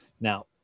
Now